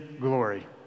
glory